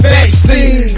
Vaccine